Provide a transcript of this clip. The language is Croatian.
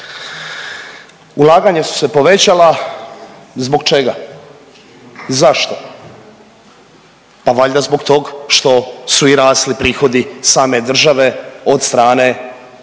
Ulaganja su se povećala zbog čega, zašto, pa valjda zbog tog što su i rasli prihodi same države od strane